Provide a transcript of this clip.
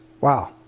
Wow